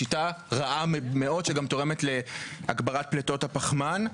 שיטה רעה מאוד שגם תורמת להגברת פליטות הפחמן,